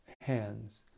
hands